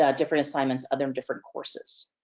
ah different assignments of the um different courses.